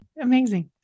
Amazing